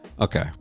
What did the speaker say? Okay